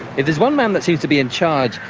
there's one man that seems to be in charge.